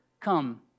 come